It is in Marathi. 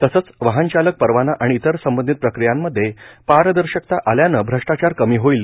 तसंच वाहन चालक परवाना आणि इतर संबंधित प्रक्रियांमध्ये पारदर्शकता आल्यानं क्षष्टाचार कमी होईल